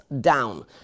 down